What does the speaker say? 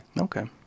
Okay